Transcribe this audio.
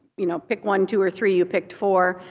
you know, pick, one, two, or three, you picked four.